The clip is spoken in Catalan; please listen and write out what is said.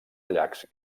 llacs